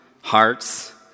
hearts